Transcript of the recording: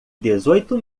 dezoito